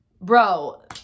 bro